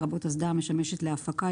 לרבות אסדה המשמשת להפקה,